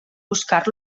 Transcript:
buscar